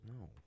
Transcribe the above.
No